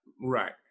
Right